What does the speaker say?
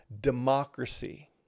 democracy